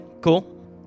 cool